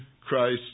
Christ